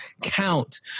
count